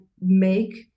make